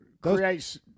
creates